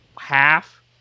half